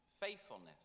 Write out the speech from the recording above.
faithfulness